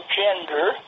gender